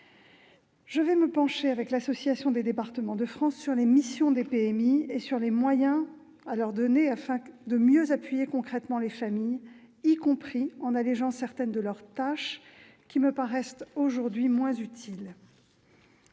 Je vais me pencher, avec l'Association des départements de France, sur les missions des services de la PMI et sur les moyens à leur donner pour mieux appuyer concrètement les familles, y compris en allégeant certaines de leurs tâches qui me paraissent aujourd'hui moins utiles.